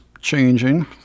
changing